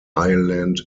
ireland